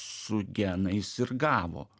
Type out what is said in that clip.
su genais ir gavo